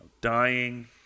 dying